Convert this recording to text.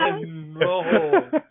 No